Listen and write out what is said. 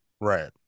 Right